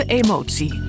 emotie